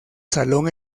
salón